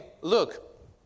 look